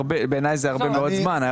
בעיניי זה הרבה מאוד זמן.